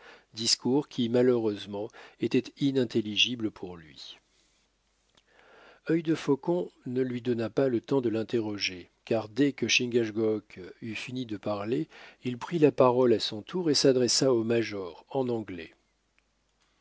discours qui malheureusement était inintelligible pour lui œil de faucon ne lui donna pas le temps de l'interroger car dès que chingachgook eut fini de parler il prit la parole à son tour et s'adressa au major en anglais